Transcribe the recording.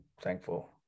thankful